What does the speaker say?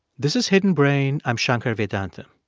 this is hidden brain. i'm shankar vedantam.